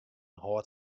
hâldt